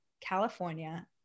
California